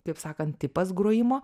kaip sakant pats grojimo